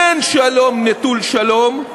אין שלום נטול שלום,